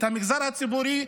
את המגזר הציבורי,